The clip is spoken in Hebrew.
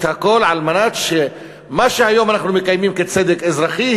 הכול כדי שמה שהיום אנחנו מקיימים כצדק אזרחי,